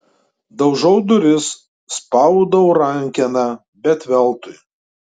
daužau duris spaudau rankeną bet veltui